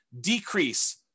decrease